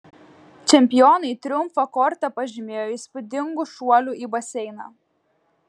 čempionai triumfą korte pažymėjo įspūdingu šuoliu į baseiną